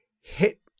hit